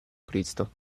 cristo